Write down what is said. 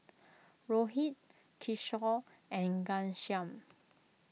Rohit Kishore and Ghanshyam